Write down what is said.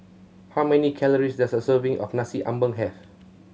how many calories does a serving of Nasi Ambeng have